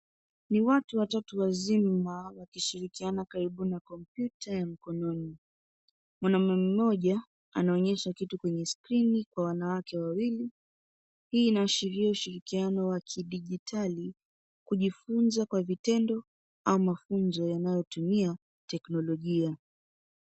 Ni watu watatu wazima wakishirikiana karibu na kompyuta ya mkononi. Mwanamme mmoja anaonyesha kitu kwenye skrini kwa wanawake wawili. Hii inaashiria ushirikiano wa kidigitali kujifunza kwa vitendo au mafunzo yanayotumia teknolojia.